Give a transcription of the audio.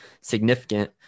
significant